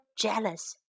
jealous